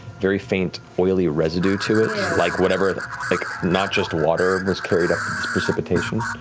very faint oily residue to it like whatever like not just water was carried up this precipitation.